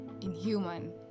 inhuman